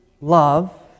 love